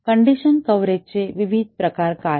condition कव्हरेजचे विविध प्रकार काय आहेत